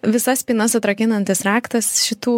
visas spynas atrakinantis raktas šitų